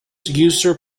user